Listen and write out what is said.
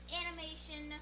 animation